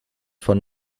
von